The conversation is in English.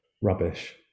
rubbish